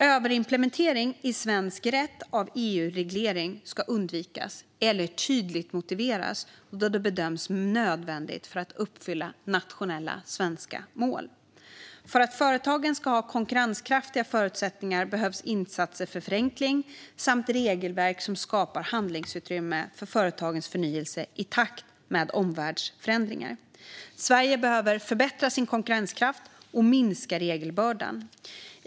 Överimplementering i svensk rätt av EU-reglering ska undvikas, eller tydligt motiveras då det bedöms nödvändigt för att uppfylla nationella svenska mål. För att företagen ska ha konkurrenskraftiga förutsättningar behövs insatser för förenkling samt regelverk som skapar handlingsutrymme för företagens förnyelse i takt med omvärldsförändringar. Sverige behöver förbättra sin konkurrenskraft och minska regelbördan.